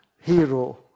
hero